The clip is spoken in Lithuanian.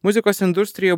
muzikos industrijoje